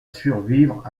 survivre